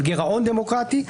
עם גירעון דמוקרטי,